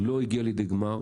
הגיע לידי גמר,